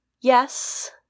Yes